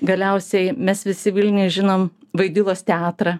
galiausiai mes visi vilniuj žinome vaidilos teatrą